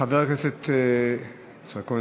חבר הכנסת יצחק כהן,